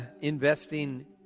investing